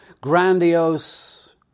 grandiose